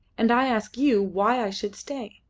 and i ask you why i should stay.